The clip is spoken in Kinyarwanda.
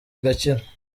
igakira